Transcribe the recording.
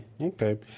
Okay